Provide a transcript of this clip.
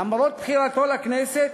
למרות בחירתו לכנסת